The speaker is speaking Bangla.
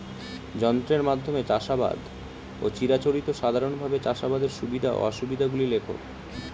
যন্ত্রের মাধ্যমে চাষাবাদ ও চিরাচরিত সাধারণভাবে চাষাবাদের সুবিধা ও অসুবিধা গুলি লেখ?